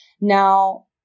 Now